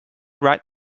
right